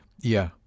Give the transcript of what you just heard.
Yeah